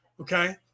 okay